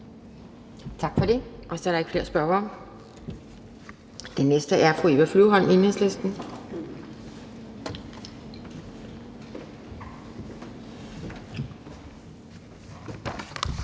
Tak for det. Så er der ikke flere spørgere. Den næste er fru Eva Flyvholm, Enhedslisten.